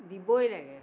দিবই লাগে